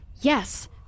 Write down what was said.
Yes